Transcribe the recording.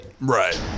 right